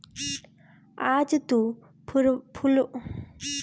आज तू फुलवारी के निमन से छटाई कअ दिहअ